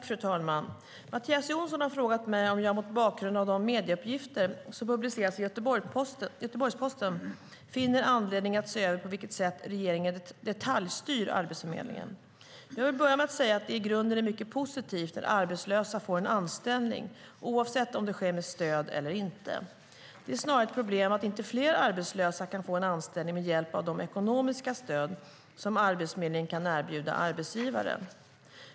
Fru talman! Mattias Jonsson har frågat mig om jag, mot bakgrund av de medieuppgifter som publicerats i Göteborgs-Posten, finner anledning att se över på vilket sätt regeringen detaljstyr Arbetsförmedlingen. Jag vill börja med att säga att det i grunden är mycket positivt när arbetslösa får en anställning, oavsett om det sker med stöd eller inte. Det är snarare ett problem att inte fler arbetslösa kan få en anställning med hjälp av de ekonomiska stöd som Arbetsförmedlingen kan erbjuda arbetsgivare.